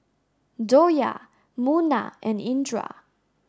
Joyah Munah and Indra